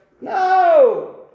No